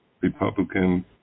Republican